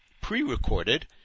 pre-recorded